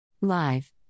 Live